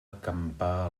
acampar